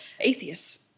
atheists